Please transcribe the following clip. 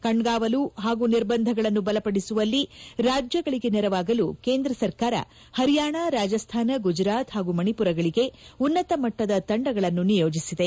ಕಣ್ಗಾವಲು ಹಾಗೂ ನಿರ್ಬಂಧಗಳನ್ನು ಬಲಪಡಿಸುವಲ್ಲಿ ರಾಜ್ಜಗಳಿಗೆ ನೆರವಾಗಲು ಕೇಂದ್ರ ಸರ್ಕಾರ ಹರಿಯಾಣ ರಾಜಸ್ತಾನ ಗುಜರಾತ್ ಹಾಗೂ ಮಣಿಪುರಗಳಗೆ ಉನ್ನತಮಟ್ಟದ ತಂಡಗಳನ್ನು ನಿಯೋಜಿಸಿದೆ